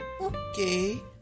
okay